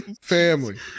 family